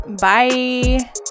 Bye